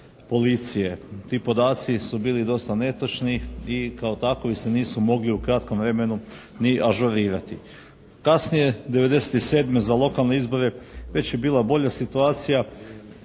policije. Ti podaci su bili dosta netočni i kao takovi se nisu mogli u kratkom vremenu ni ažurirati. Kasnije, '97. za lokalne izbore već je bila bolja situacija